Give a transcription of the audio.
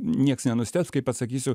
nieks nenustebs kai pasakysiu